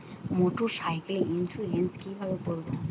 মোটরসাইকেলের ইন্সুরেন্স কিভাবে করব?